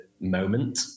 Moment